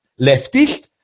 leftist